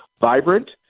vibrant